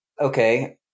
okay